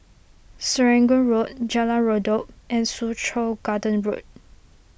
Serangoon Road Jalan Redop and Soo Chow Garden Road